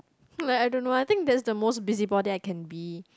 like I don't know I think that's the most busybody I can be